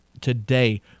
today